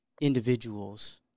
individuals